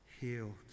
healed